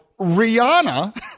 Rihanna